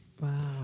Wow